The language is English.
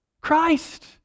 Christ